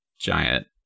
giant